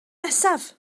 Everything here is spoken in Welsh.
nesaf